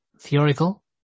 theoretical